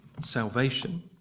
Salvation